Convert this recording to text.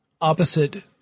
opposite